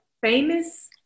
Famous